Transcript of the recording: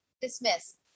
Dismiss